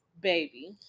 baby